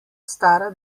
stara